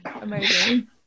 amazing